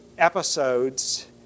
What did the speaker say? episodes